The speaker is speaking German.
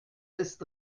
ist